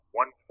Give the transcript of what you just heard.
one